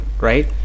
right